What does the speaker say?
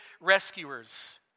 rescuers